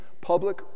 public